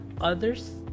others